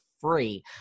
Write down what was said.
free